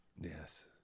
Yes